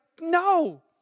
no